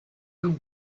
you